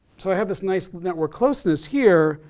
so i have this nice network closeness here,